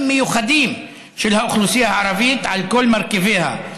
מיוחדים של האוכלוסייה הערבית על כל מרכיביה.